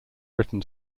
written